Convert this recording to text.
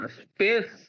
space